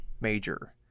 major